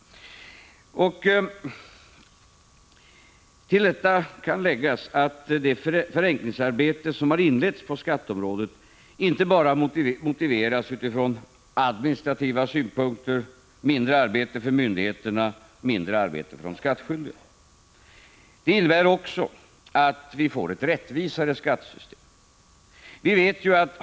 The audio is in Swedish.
Till detta kan läggas att det förenklingsarbete som har inletts på skatteområdet inte bara motiverats från administrativa synpunkter, dvs. att det skall ge mindre arbete för myndigheterna och för de skattskyldiga, utan också innebär att vi får ett rättvisare skattesystem.